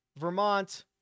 Vermont